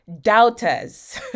doubters